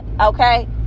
okay